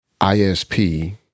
isp